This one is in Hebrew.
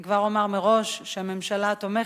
אני כבר אומר מראש שהממשלה תומכת,